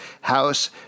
house